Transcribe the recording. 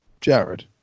Jared